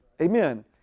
Amen